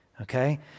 Okay